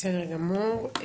בסדר גמור.